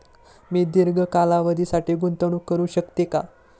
मी दीर्घ कालावधीसाठी गुंतवणूक करू शकते का?